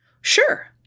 Sure